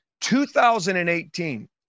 2018